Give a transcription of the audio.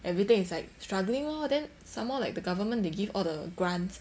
everything is like struggling lor then some more like the government they give all the grants